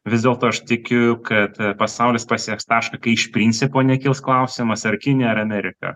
vis dėlto aš tikiu kad pasaulis pasieks tašką kai iš principo nekils klausimas ar kinija ar amerika